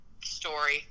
story